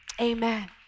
Amen